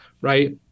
right